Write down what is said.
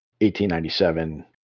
1897